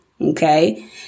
Okay